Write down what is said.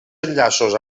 enllaços